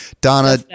Donna